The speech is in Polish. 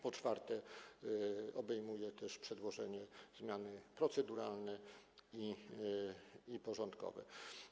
Po czwarte, obejmuje też przedłożenie zmiany proceduralne i porządkowe.